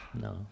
No